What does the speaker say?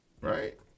Right